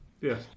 Yes